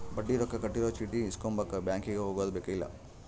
ಬಡ್ಡಿ ರೊಕ್ಕ ಕಟ್ಟಿರೊ ಚೀಟಿ ಇಸ್ಕೊಂಬಕ ಬ್ಯಾಂಕಿಗೆ ಹೊಗದುಬೆಕ್ಕಿಲ್ಲ